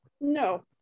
no